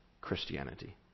Christianity